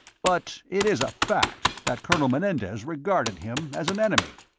but it is a fact that colonel menendez regarded him as an enemy?